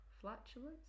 Flatulence